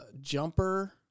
Jumper